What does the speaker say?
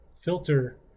filter